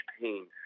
pain